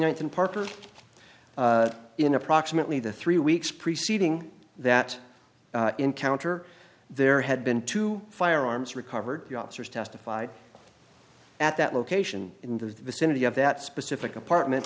ninth and parker in approximately the three weeks preceding that encounter there had been two firearms recovered the officers testified at that location in the vicinity of that specific apartment